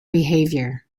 behaviour